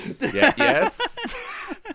Yes